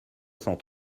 cent